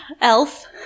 Elf